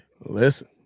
Listen